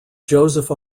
joseph